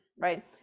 right